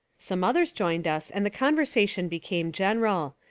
some others joined us and the conversation became general.